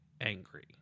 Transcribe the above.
angry